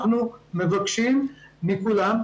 אנחנו מבקשים מכולם,